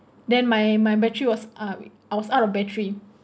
then my my battery was uh I was out of battery